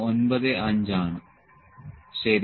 95 ആണ് ശരി